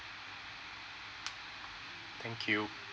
thank you